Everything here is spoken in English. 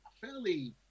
fairly